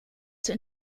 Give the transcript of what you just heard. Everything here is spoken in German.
zur